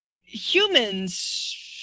humans